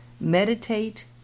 Meditate